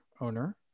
owner